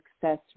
success